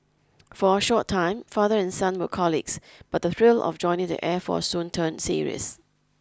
for a short time father and son were colleagues but the thrill of joining the air force soon turned serious